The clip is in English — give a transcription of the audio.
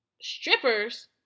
Strippers